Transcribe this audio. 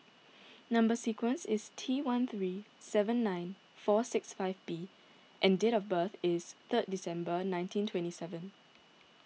Number Sequence is T one three seven nine four six five B and date of birth is third December nineteen twenty seven